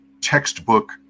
textbook